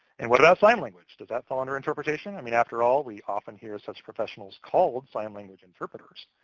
and what about sign language? does that fall under interpretation? i mean, after all, we often hear such professionals called sign language interpreters.